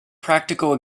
practical